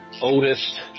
oldest